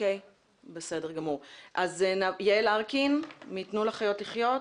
יעל ארקין, תנו לחיות לחיות.